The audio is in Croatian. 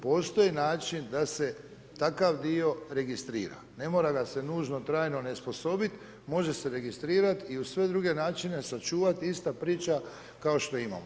Postoji način da se takav dio registrira, ne mora ga se nužno trajno onesposobit, može se registrirat i u sve druge načine sačuvati ista priča kao što imamo.